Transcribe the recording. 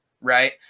right